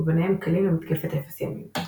ביניהם כלים למתקפת אפס ימים.